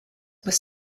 were